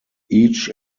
each